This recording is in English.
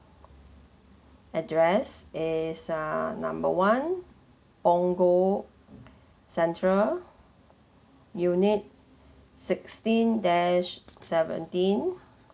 address is ah number one punggol central unit sixteen dash seventeen